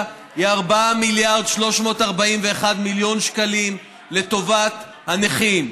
היא 4.341 מיליארד שקלים לטובת הנכים,